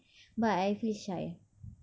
but I feel shy